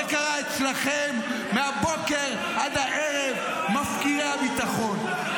זה קרה אצלכם מהבוקר עד הערב, מפקירי הביטחון.